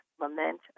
lament